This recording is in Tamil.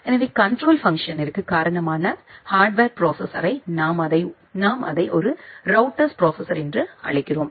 எனவே கண்ட்ரோல் பங்க்ஷனிருக்கு காரணமான ஹார்ட்வர் ப்ரோசெசசோரை நாம் அதை ஒரு ரௌட்டர்ஸ் ப்ரோசெசர் என்று அழைக்கிறோம்